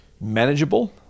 manageable